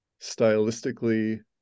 stylistically